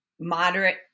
Moderate